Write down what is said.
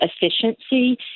efficiency